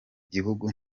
gihugu